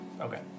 Okay